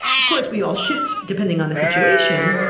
of course we all shift depending on the situation,